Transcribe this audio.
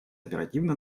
оперативно